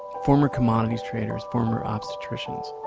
former commodities traders, former obstetricians,